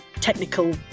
technical